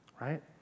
right